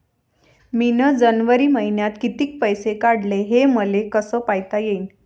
मिन जनवरी मईन्यात कितीक पैसे काढले, हे मले कस पायता येईन?